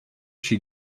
she